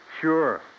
Sure